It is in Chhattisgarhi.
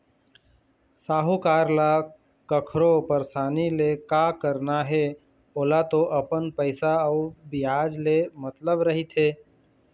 साहूकार ल कखरो परसानी ले का करना हे ओला तो अपन पइसा अउ बियाज ले मतलब रहिथे